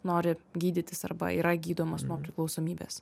nori gydytis arba yra gydomas nuo priklausomybės